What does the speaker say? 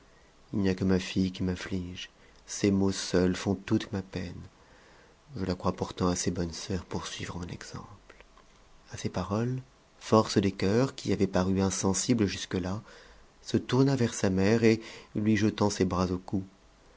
h n'y a que ma fille qui m'afflige ses maux seuls font toute ma peine je la crois pourtant assez bonne sœur pour suivre mon exemple a a ces paroles force des cœurs qui avait paru insensible jnsque là se tourna vers sa mère et lui jetant ses bras au cou